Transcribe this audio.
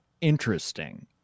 interesting